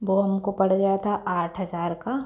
वो हमको पड़ गया था आठ हजार का